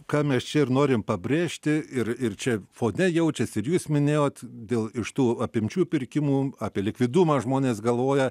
ką mes čia ir norim pabrėžti ir ir čia fone jaučiasi ir jūs minėjot dėl iš tų apimčių pirkimų apie likvidumą žmonės galvoja